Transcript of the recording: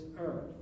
earth